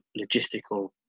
logistical